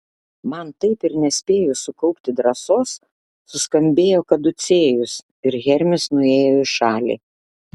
man taip ir nespėjus sukaupti drąsos suskambėjo kaducėjus ir hermis nuėjo į šalį